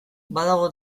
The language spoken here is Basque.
badago